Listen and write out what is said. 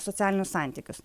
socialinius santykius